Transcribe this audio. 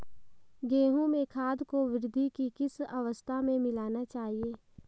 गेहूँ में खाद को वृद्धि की किस अवस्था में मिलाना चाहिए?